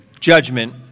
judgment